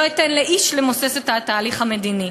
ולא אתן לאיש למוסס את התהליך המדיני.